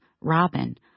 robin